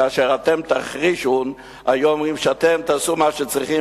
כאשר "אתם תחרישון"; היו אומרים שאתם תעשו מה שצריכים,